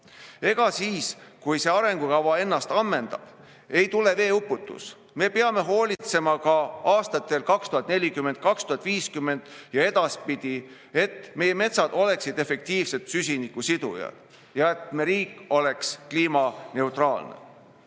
Ega siis, kui see arengukava ennast ammendab, ei tule veeuputus. Me peame hoolitsema ka aastatel 2040, 2050 ja edaspidi, et meie metsad oleksid efektiivsed süsiniku sidujad ja et me riik oleks kliimaneutraalne. Seda,